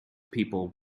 people